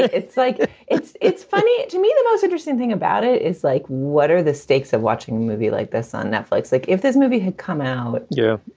it's like it's it's funny to me the most interesting thing about it is like, what are the stakes of watching a movie like this on netflix? like if this movie had come out. yeah.